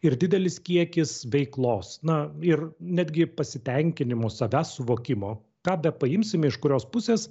ir didelis kiekis veiklos na ir netgi pasitenkinimo savęs suvokimo ką bepaimsime iš kurios pusės